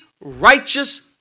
righteous